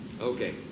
okay